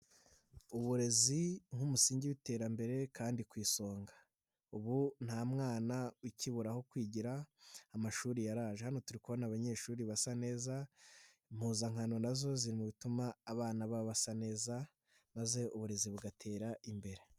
Uburezi nk'umusingi w'iterambere kandi ku isonga, ubu nta mwana ukiburaraho kwigira, amashuri yaraje, hano turi kubonane abanyeshuri basa neza, impuzankano nazo zri mu btuma abana basa neza maze uburezi bugatera imbere.